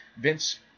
Vince